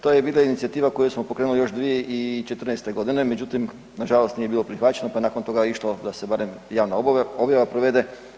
To je bila inicijativa koju smo pokrenuli još 2014.g. međutim nažalost nije bilo prihvaćeno, pa nakon toga je išlo da se barem javna objava provede.